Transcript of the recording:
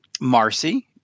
Marcy